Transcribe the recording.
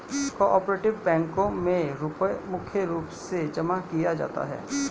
को आपरेटिव बैंकों मे रुपया मुख्य रूप से जमा किया जाता है